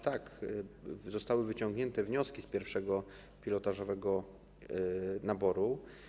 Tak, zostały wyciągnięte wnioski z pierwszego pilotażowego naboru.